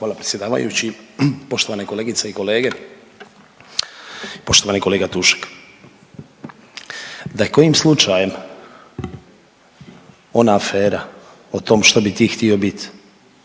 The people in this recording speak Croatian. Hvala predsjedavajući. Poštovane kolegice i kolege, poštovani kolega Tušek. Da je kojim slučajem ona afera o tome što bi ti htio biti